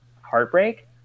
heartbreak